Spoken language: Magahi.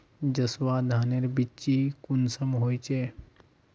जसवा धानेर बिच्ची कुंसम होचए?